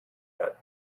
yet